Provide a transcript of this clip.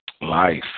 life